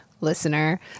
listener